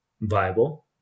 viable